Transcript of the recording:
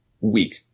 week